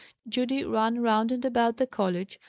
judy ran round and about the college,